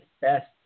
best